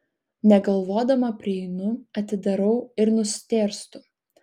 negalvodama prieinu atidarau ir nustėrstu